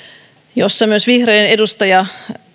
jossa myös vihreiden edustaja